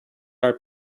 our